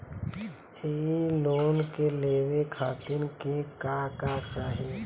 इ लोन के लेवे खातीर के का का चाहा ला?